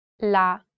la